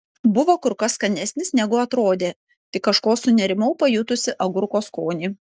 buvo kur kas skanesnis negu atrodė tik kažko sunerimau pajutusi agurko skonį